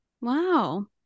Wow